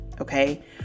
okay